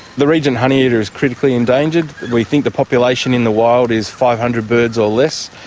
the regent honeyeater is critically endangered, we think the population in the wild is five hundred birds or less,